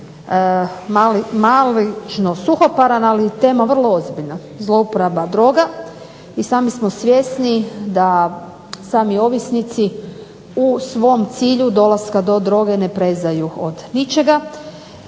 malo suhoparan, ali tema vrlo ozbiljna. Zlouporaba droga i sami smo svjesni da sami ovisnici u svom cilju dolaska do droge ne prezaju od ničega